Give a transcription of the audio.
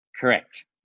Correct